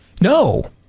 No